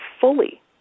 fully